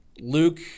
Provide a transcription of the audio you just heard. Luke